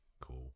cool